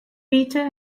peter